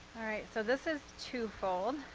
so this is twofold,